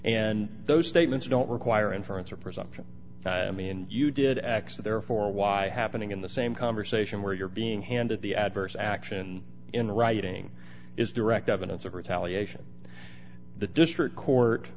and those statements don't require inference or presumption i mean you did x therefore y happening in the same conversation where you're being handed the adverse action in writing is direct evidence of retaliation the district court